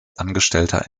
angestellter